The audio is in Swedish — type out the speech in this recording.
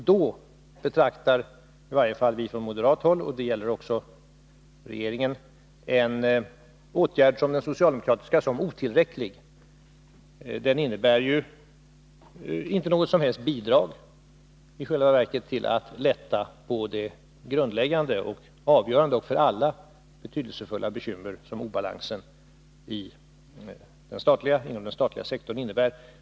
I det avseendet betraktar i varje fall vi från moderat håll — det gäller också regeringen — en åtgärd som den socialdemokratiska som otillräcklig. Den innebär i själva verket inte något som helst bidrag till att lätta på det grundläggande, avgörande och för alla betydelsefulla bekymmer som obalansen inom den statliga sektorn innebär.